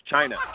China